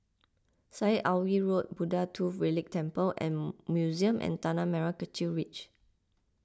Syed Alwi Road Buddha Tooth Relic Temple and Museum and Tanah Merah Kechil Ridge